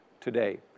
today